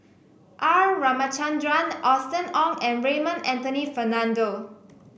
R Ramachandran Austen Ong and Raymond Anthony Fernando